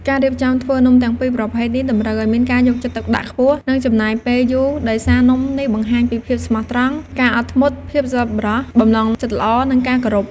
ការរៀបចំធ្វើនំទាំងពីរប្រភេទនេះតម្រូវឱ្យមានការយកចិត្តទុកដាក់ខ្ពស់ និងចំណាយពេលយូរដោយសារនំនេះបង្ហាញពីភាពស្មោះត្រង់ ការអត់ធ្មត់ ភាពសប្បុរស បំណងចិត្តល្អ និងការគោរព។